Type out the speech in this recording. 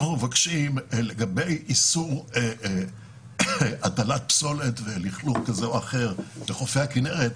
לגבי איסור הטלת פסולת ולכלוך כזה או אחר בחופי הכינרת,